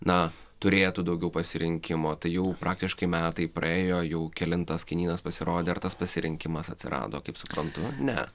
na turėtų daugiau pasirinkimo tai jau praktiškai metai praėjo jau kelintas kainynas pasirodė ar tas pasirinkimas atsirado kaip suprantu ne